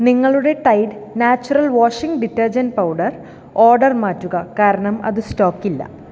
നിങ്ങളുടെ Tide Naturals washing detergent powder order മാറ്റുക കാരണം അത് സ്റ്റോക്ക് ഇല്ല